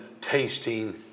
tasting